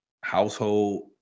household